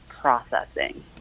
processing